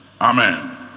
Amen